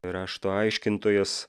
rašto aiškintojas